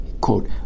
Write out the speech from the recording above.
quote